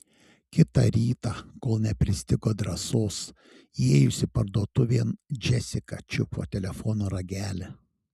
kitą rytą kol nepristigo drąsos įėjusi parduotuvėn džesika čiupo telefono ragelį